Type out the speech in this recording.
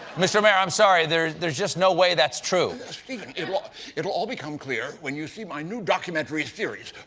mr. mayor, i'm sorry, there is just no way that's true. stephen, it will ah it will all become clear when you see my new documentary series.